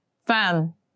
Fan